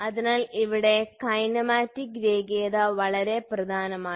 അതിനാൽ ഇവിടെ കൈനിമാറ്റിക് രേഖീയത വളരെ പ്രധാനമാണ്